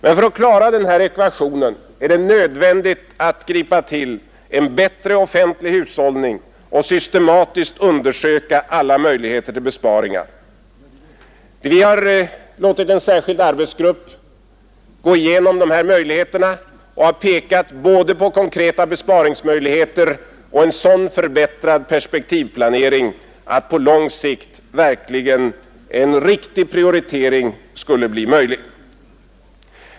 Men för att klara den här ekvationen är det nödvändigt att gripa till en bättre offentlig hushållning och systematiskt undersöka alla möjligheter till besparingar. Vi har låtit en särskild arbetsgrupp gå igenom detta och har pekat både på konkreta besparingsmöjligheter och på en sådan förbättrad perspektivplanering att på lång sikt verkligen en riktig prioritering skulle bli möjlig.